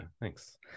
Thanks